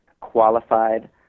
qualified